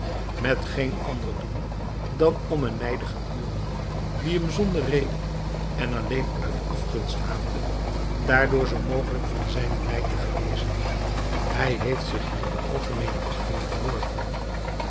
met geen ander doel dan om een nijdigen buurman die hem zonder reden en alleen uit afgunst haatte daardoor zoo mogelijk van zijnen nijd te genezen hij heeft zich hier de algemeene achting verworven